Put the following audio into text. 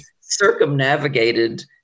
circumnavigated